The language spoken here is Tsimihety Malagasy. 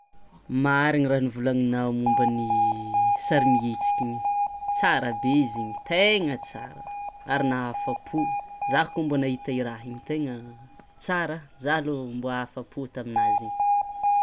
Mariny raha novolaninao momba ny sarimietsiky igny, tsara be izy igny tegna tsara, ary nahafapo zah mbô nahita i raha igny tegna tsara zah lo mbô afapo taminazy igny.